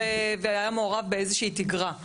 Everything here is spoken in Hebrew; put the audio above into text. והיה מעורב באיזושהי תגרה.